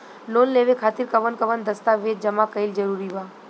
Loan लेवे खातिर कवन कवन दस्तावेज जमा कइल जरूरी बा?